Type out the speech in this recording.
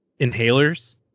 inhalers